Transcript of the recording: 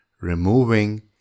removing